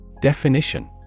Definition